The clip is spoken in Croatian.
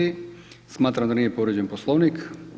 Smatram da nije povrijeđen Poslovnik.